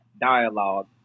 dialogue